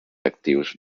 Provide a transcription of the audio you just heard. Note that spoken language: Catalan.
actius